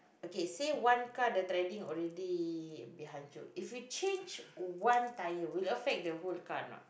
okay say one car the treading already a bit hancur if we change one tire will affect the whole car or not